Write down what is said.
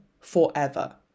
forever